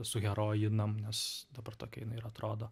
suherojinam nes dabar tokia jinai ir atrodo